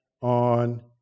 on